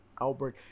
outbreak